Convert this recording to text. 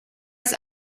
ist